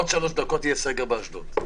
יהיה סגר באשדוד.